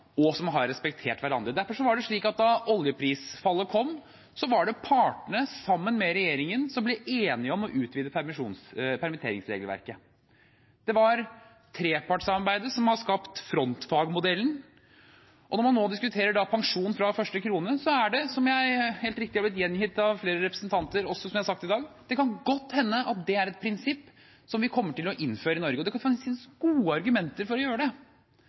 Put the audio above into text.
har respektert hverandre. Derfor var det slik at da oljeprisfallet kom, var det partene sammen med regjeringen som ble enige om å utvide permitteringsregelverket. Det er også trepartssamarbeidet som har skapt frontfagmodellen. Når man nå diskuterer pensjon fra første krone, kan det – slik jeg helt riktig har blitt gjengitt av flere representanter, og som jeg har sagt i dag – godt hende at det er et prinsipp som vi kommer til å innføre i Norge, og det kan finnes gode argumenter for å gjøre det.